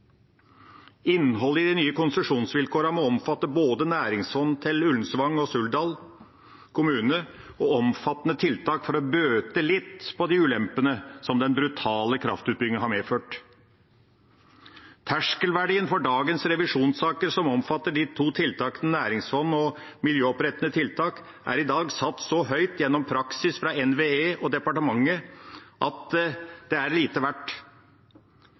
Innholdet i de nye konsesjonsvilkårene må omfatte både næringsfond til Ullensvang og Suldal kommuner og omfattende tiltak for å bøte litt på de ulempene som den brutale kraftutbyggingen har medført. Terskelverdien for dagens revisjonssaker, som omfatter de to tiltakene næringsfond og miljøopprettende tiltak, er i dag satt så høyt gjennom praksis fra NVE og departementet at det er lite verdt.